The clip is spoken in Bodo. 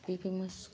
बे बे मा